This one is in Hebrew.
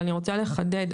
ואני רוצה לחדד.